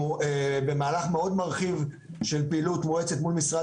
במהלך מרחיב מאוד של פעילות מואצת מול משרד